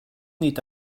nid